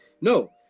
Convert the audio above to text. no